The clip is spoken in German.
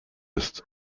ist